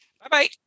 Bye-bye